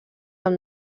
amb